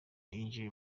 yinjiye